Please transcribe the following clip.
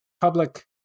public